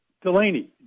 Delaney